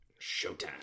Showtime